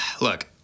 look